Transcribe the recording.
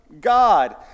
God